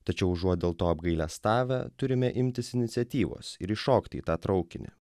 tačiau užuot dėl to apgailestavę turime imtis iniciatyvos ir įšokti į tą traukinį